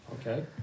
Okay